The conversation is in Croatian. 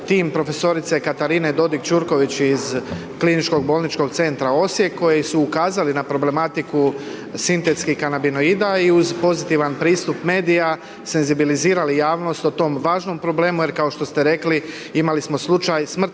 tim prof. Katarine Dodik Ćurković iz Kliničkog bolničkog centra Osijek koji su ukazali na problematiku sintetskih kanabinoida i uz pozitivan pristup medija senzibilizirali javnost o tom važnom problemu jer kao što ste rekli imali smo slučaj, smrtni